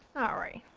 alright,